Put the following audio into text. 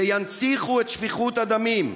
שינציחו את שפיכות הדמים.